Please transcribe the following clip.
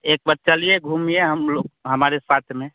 एक बार चलिए घूमिए हम लोग हमारे साथ में